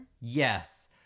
Yes